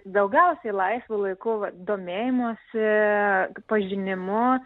daugiausiai laisvu laiku domėjimusi pažinimu